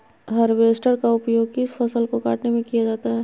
Harvester का उपयोग किस फसल को कटने में किया जाता है?